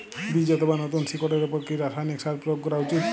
বীজ অথবা নতুন শিকড় এর উপর কি রাসায়ানিক সার প্রয়োগ করা উচিৎ?